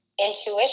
intuition